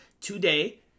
today